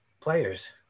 players